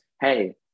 Hey